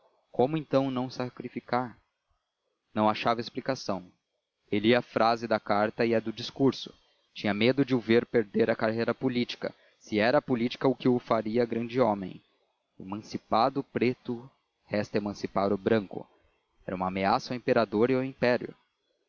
como então não sacrificar não achava explicação relia a frase da carta e a do discurso tinha medo de o ver perder a carreira política se era a política que o faria grande homem emancipado o preto resta emancipar o branco era uma ameaça ao imperador e ao império